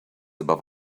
above